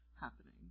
happening